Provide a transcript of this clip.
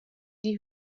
die